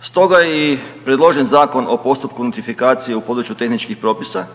Stoga je i predložen Zakon o postupku notifikacije u području tehničkih propisa